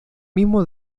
mismo